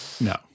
no